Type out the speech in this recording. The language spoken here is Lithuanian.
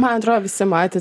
man atrodo visi matėte